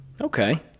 Okay